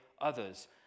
others